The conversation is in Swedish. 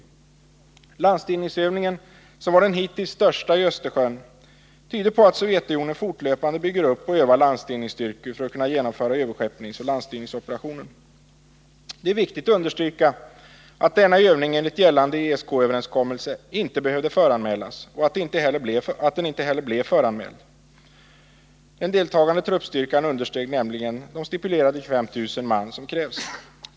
Landstigningsövningen, som var den hittills största i Östersjön, tyder på att Sovjetunionen fortlöpande bygger upp och prövar landstigningsstyrkor för att kunna genomföra överskeppningsoch landstigningsoperationer. Det är viktigt att understryka att denna övning enligt gällande ESK-överenskommelsen ej behövde föranmälas och att den inte heller blev föranmäld. Den deltagande truppstyrkan understeg nämligen de stipulerade 25 000 man som krävs.